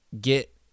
get